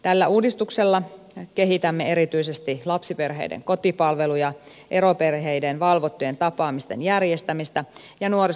tällä uudistuksella kehitämme erityisesti lapsiperheiden kotipalveluja eroperheiden valvottujen tapaamisten järjestämistä ja nuorisopalvelutakuuta